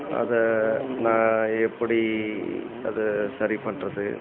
அதை நான் எப்படி அதை சரி பண்ணுறது